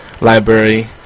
library